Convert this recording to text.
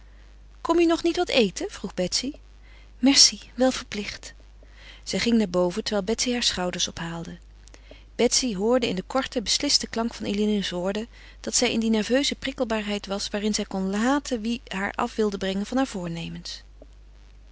kom je nog niet wat eten vroeg betsy merci wel verplicht zij ging naar boven terwijl betsy haar schouders ophaalde betsy hoorde in den korten beslisten klank van eline's woorden dat zij in die nerveuze prikkelbaarheid was waarin zij kon haten wie haar af wilde brengen van haar voornemens